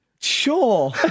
sure